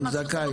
שהוא זכאי.